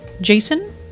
Jason